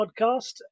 podcast